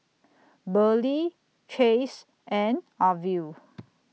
Burley Chace and Arvil